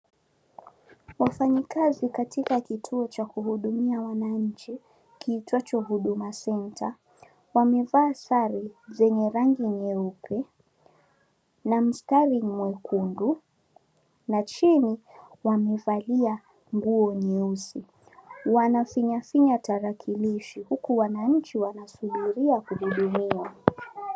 Wafanyikazi katika kituo cha kuhudumia Wananchi kiitwacho [cd]Huduma center , wamevaa sare zenye rangi nyeupe na mistari mwekundu na chini wamevalia nguo nyeusi. Wanafinyafinya tarakilishi huku Wananchi wanasubiria kuhudumiwa .